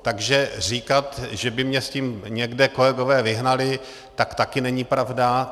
Takže říkat, že by mě s tím někde kolegové vyhnali, tak také není pravda.